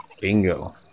Bingo